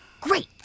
Great